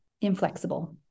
inflexible